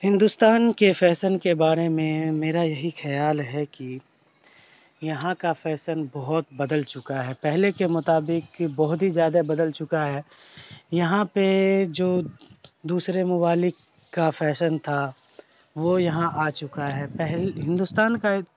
ہندوستان کے فیسن کے بارے میں میرا یہی خیال ہے کہ یہاں کا فیسن بہت بدل چکا ہے پہلے کے مطابق بہت ہی زیادہ بدل چکا ہے یہاں پہ جو دوسرے ممالک کا فیشن تھا وہ یہاں آ چکا ہے پہل ہندوستان کا